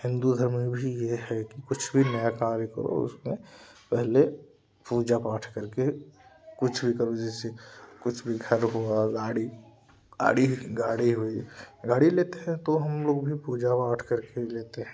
हिन्दू धर्म में भी ये है कि कुछ भी नया कार्य करो उसमें पहले पूजा पाठ करके कुछ भी करो जैसे कुछ भी घर हुआ गाड़ी आड़ी गाड़ी हुई गाड़ी लेते हैं तो हम लोग भी पूजा पाठ करके ही लेते हैं